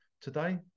today